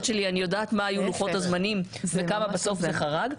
שלי אני יודעת מה היו לוחות הזמנים וכמה בסוף זה חרג.